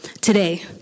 today